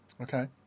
Okay